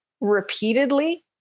repeatedly